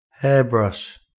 hairbrush